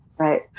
Right